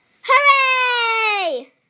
hooray